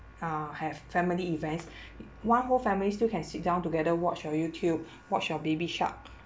uh have family events one whole family still can sit down together watch your youtube watch your baby shark